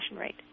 rate